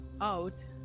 out